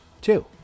two